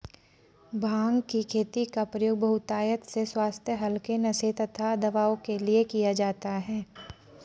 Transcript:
भांग की खेती का प्रयोग बहुतायत से स्वास्थ्य हल्के नशे तथा दवाओं के लिए किया जाता है